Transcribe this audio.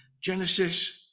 Genesis